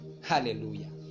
Hallelujah